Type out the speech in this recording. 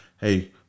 Hey